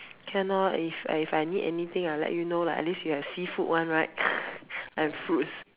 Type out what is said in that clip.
can lor if if I need anything I'll let you know lah at least you have seafood one right and fruits